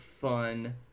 fun